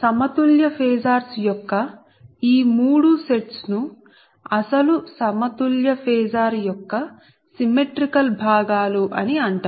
సమతుల్య ఫేసార్స్ యొక్క ఈ మూడు సెట్స్ ను అసలు అసమతుల్య ఫేసార్ యొక్క సిమ్మెట్రీకల్ భాగాలు అని అంటారు